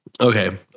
Okay